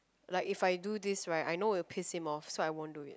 like if I do this right I know will peace him off so I won't do it